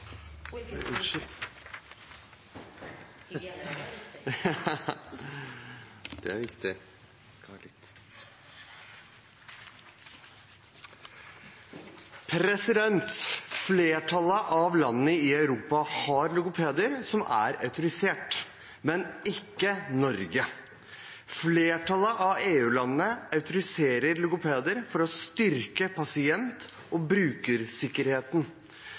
på det Stortinget ba om. Spørsmål 3 er flyttet og besvares etter spørsmål 7, så da går vi til spørsmål 4. «Flertallet av landene i Europa har logopeder som er autorisert, men ikke Norge. Flertallet av EU-landene autoriserer logopeder